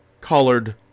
collared